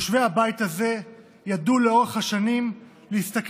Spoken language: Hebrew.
יושבי הבית הזה ידעו לאורך השנים להסתכל